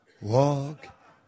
walk